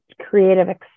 creative